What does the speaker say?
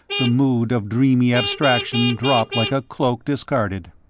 the mood of dreamy abstraction dropped like a cloak discarded.